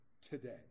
today